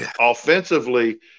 offensively